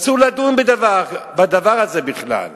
אסור לדון בדבר הזה בכלל.